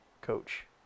coach